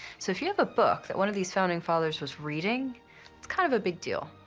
so if you have a book that one of these founding fathers was reading, it's kind of a big deal.